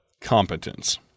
competence